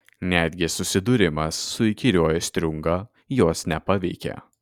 netgi susidūrimas su įkyriuoju striunga jos nepaveikė